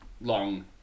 long